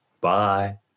Bye